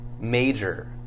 major